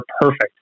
perfect